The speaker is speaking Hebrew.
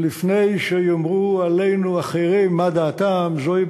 ולפני שיאמרו עלינו אחרים מה דעתם, זוהי